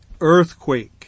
earthquake